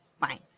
Fine